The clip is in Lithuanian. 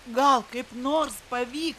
gal kaip nors pavyks